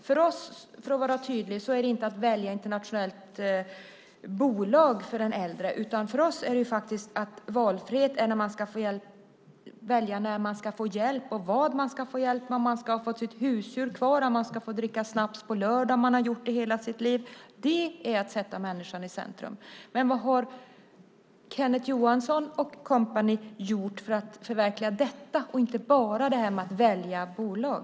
För oss, för att vara tydlig, är det inte valfrihet för den äldre att välja internationellt bolag, utan för oss är valfrihet att välja när man ska få hjälp och vad man ska få hjälp med, till exempel om man ska få ha sitt husdjur kvar eller om man ska få dricka snaps på lördagen om man har gjort det i hela sitt liv. Det är att sätta människan i centrum. Men vad har Kenneth Johansson och kompani gjort för att förverkliga detta utöver det här med att välja bolag?